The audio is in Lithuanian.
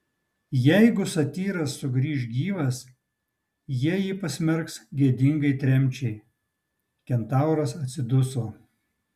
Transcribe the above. jeigu satyras sugrįš gyvas jie jį pasmerks gėdingai tremčiai kentauras atsiduso